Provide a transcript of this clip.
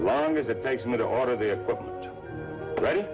long as it takes me to order the right